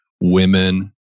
women